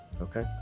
Okay